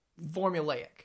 formulaic